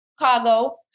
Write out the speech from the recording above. Chicago